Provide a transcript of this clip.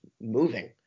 moving